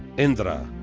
indra,